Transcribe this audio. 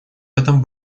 этом